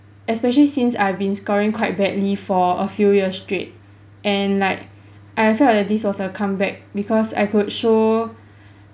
especially since I've been scoring quite badly for a few years straight and like I felt that this was a comeback because I could show